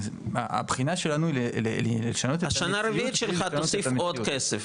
הבחינה שלנו היא לשנות --- אז שנה רביעית שלך תוסיף עוד כסף.